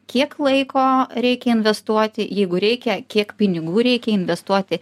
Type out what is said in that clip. kiek laiko reikia investuoti jeigu reikia kiek pinigų reikia investuoti